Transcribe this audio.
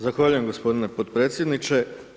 Zahvaljujem gospodine potpredsjedniče.